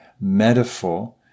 metaphor